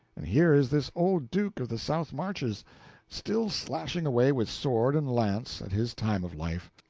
and here is this old duke of the south marches still slashing away with sword and lance at his time of life,